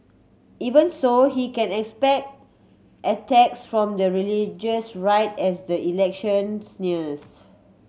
even so he can expect attacks from the religious right as the elections nears